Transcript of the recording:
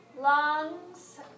lungs